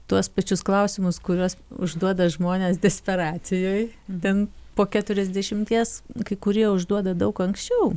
tuos pačius klausimus kuriuos užduoda žmonės desperacijoj ten po keturiasdešimties kai kurie užduoda daug anksčiau